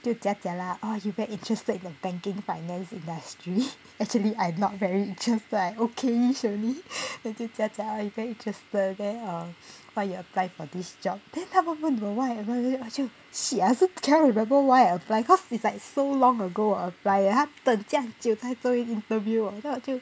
就假假啦 oh you very interested in the banking finance industry actually I not very just like okayish only then 就假假 I very interested then uh why you apply for this job then 他们问我 why and why then 我就 shit ah I also can't remember why I apply cause it's like so long ago 我 apply eh 他等这样久才终于 interview then 我就